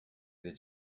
that